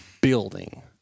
building